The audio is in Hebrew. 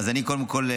אז קודם כול,